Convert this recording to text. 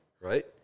right